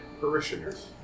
Parishioners